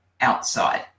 outside